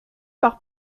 par